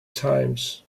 times